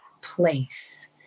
place